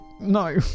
No